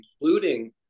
including